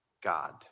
God